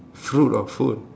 fruit or food